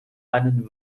einen